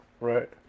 Right